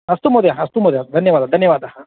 अस्तु महोदय अस्तु महोदय धन्यवादः धन्यवादः